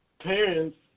Parents